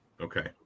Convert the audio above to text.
Okay